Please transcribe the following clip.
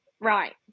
right